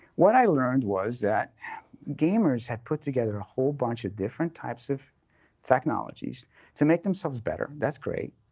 what i learned was that gamers had put together a whole bunch of different types of technologies to make themselves better. that's great.